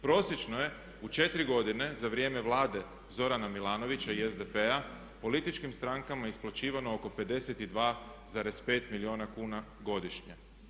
Prosječno je u 4 godine za vrijeme Vlade Zorana Milanovića i SDP-a političkim strankama isplaćivano oko 52,5 milijuna kuna godišnje.